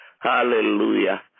Hallelujah